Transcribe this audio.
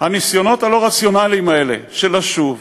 הניסיונות הלא-רציונליים האלה, שוב ושוב,